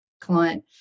client